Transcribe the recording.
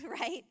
right